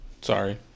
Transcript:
sorry